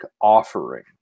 offering